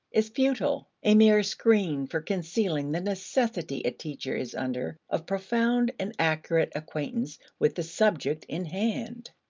is futile a mere screen for concealing the necessity a teacher is under of profound and accurate acquaintance with the subject in hand.